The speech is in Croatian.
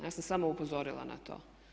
Ja sam samo upozorila na to.